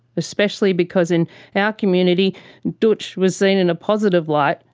especially because in our community dootch was seen in a positive light,